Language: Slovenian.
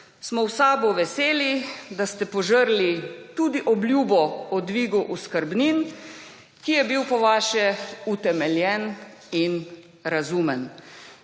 smo v SAB veseli, da ste požrli tudi obljubo o dvigu oskrbnin, ki je bil po vaše utemeljen in razumen.